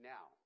Now